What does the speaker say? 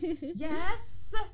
Yes